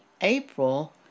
April